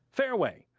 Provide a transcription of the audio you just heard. fareway,